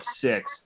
six